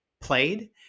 played